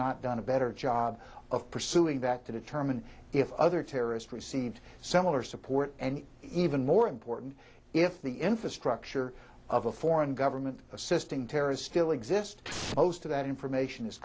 not done a better job of pursuing that to determine if other terrorist received similar support and even more important if the infrastructure of a foreign government assisting terrorists still exist most of that information is